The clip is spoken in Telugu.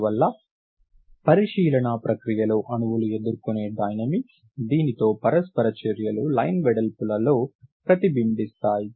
అందువల్ల పరిశీలన ప్రక్రియలో అణువులు ఎదుర్కొనే డైనమిక్స్ దీనితో పరస్పర చర్యలు లైన్ వెడల్పులలో ప్రతిబింబిస్తాయి